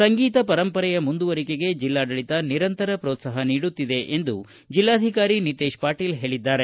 ಸಂಗೀತ ಪರಂಪರೆಯ ಮುಂದುವರಿಕೆಗೆ ಜಿಲ್ಲಾಡಳಿತ ನಿರಂತರ ಪ್ರೋತ್ಸಾಹ ನೀಡುಕ್ತಿದೆ ಎಂದು ಜಿಲ್ಲಾಧಿಕಾರಿ ನಿತೇಶ ಪಾಟೀಲ ಹೇಳಿದ್ದಾರೆ